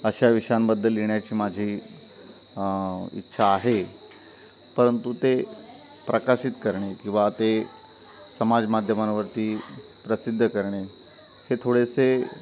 अशा विषयांबद्दल येण्याची माझी इच्छा आहे परंतु ते प्रकाशित करणे किंवा ते समाज माध्यमांवरती प्रसिद्ध करणे हे थोडेसे